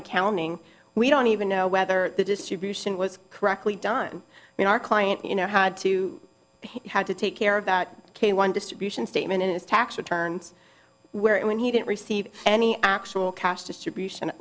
accounting we don't even know whether the distribution was correctly done when our client you know had to pay had to take care of that k one distribution statement in his tax returns where it when he didn't receive any actual cash distribution